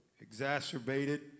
exacerbated